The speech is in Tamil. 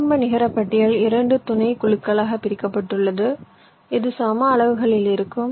ஆரம்ப நிகரபட்டியல் 2 துணைக்குழுக்களாகப் பிரிக்கப்பட்டுள்ளது இது சம அளவுகளில் இருக்கும்